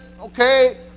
okay